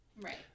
right